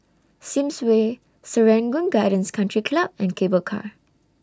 Sims Way Serangoon Gardens Country Club and Cable Car